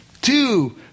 two